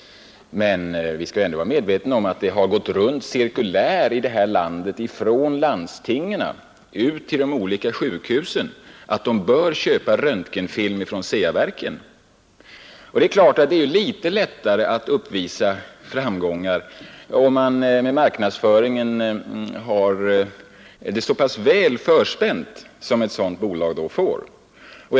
Men vi bör ändå vara medvetna om att det utgått cirkulär från landstingen till de olika sjukhusen om att dessa bör köpa röntgenfilm från CEA-verken. Det är naturligtvis litet lättare att uppvisa framgångar om man har det så pass väl förspänt när det gäller marknadsföringen.